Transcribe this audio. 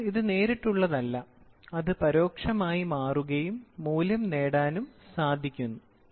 അതിനാൽ ഇത് നേരിട്ടുള്ളതല്ല അത് പരോക്ഷമായി മാറുകയും മൂല്യം നേടാനും സാധിക്കുന്നു